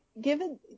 given